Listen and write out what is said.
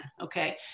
Okay